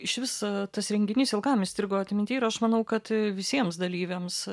išvis tas renginys ilgam įstrigo atminty ir aš manau kad visiems dalyviams